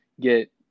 get